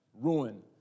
ruin